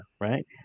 Right